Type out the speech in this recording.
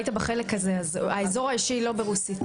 לא היית בחלק הזה, האזור האישי לא ברוסית.